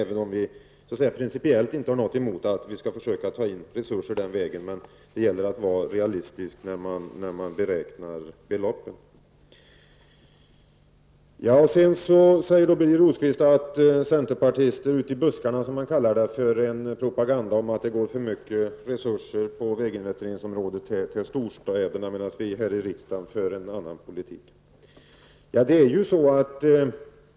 Vi har principiellt inte något emot att ta in resurser på det sättet, men det gäller att vara realistisk när man beräknar beloppen. Birger Rosqvist säger att centerpartister ute i buskarna, som han kallar det, för en propaganda om att det går för mycket resurser på väginvesteringsområdet till storstäderna, medan vi i riksdagen för en annan politik.